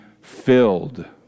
filled